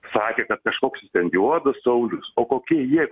sakė kad kažkoks ten juodas saulius o kokie jie